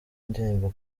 indirimbo